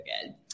good